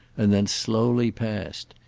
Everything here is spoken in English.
and then slowly passed.